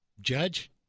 Judge